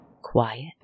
quiet